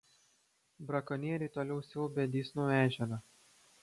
brakonieriai toliau siaubia dysnų ežerą